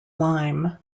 lime